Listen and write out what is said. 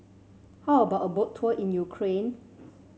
how about a Boat Tour in Ukraine